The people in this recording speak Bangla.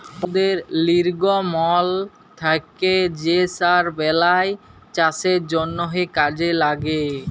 পশুদের লির্গমল থ্যাকে যে সার বেলায় চাষের জ্যনহে কাজে ল্যাগে